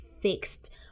fixed